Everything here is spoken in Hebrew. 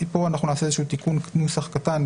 כולה או חלקה,